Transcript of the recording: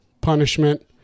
punishment